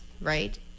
right